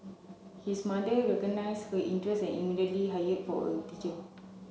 his mother recognise her interest and immediately hired for a teacher